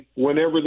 Whenever